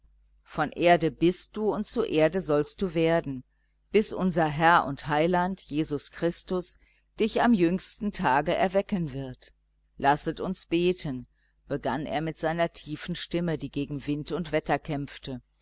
von erde bist du und zu erde sollst du werden bis unser herr und heiland jesus christus dich am jüngsten tage erwecken wird lasset uns beten begann er mit seiner tiefen stimme die gegen wind und wetter kämpfte